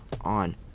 on